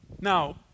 Now